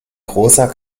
großer